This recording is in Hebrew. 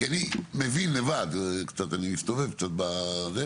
כי אני מבין לבד, זאת אומרת אני מסתובב קצת בזה.